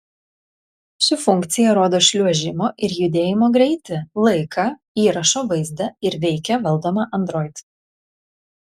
ši funkcija rodo šliuožimo ir judėjimo greitį laiką įrašo vaizdą ir veikia valdoma android